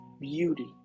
beauty